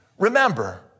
Remember